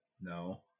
No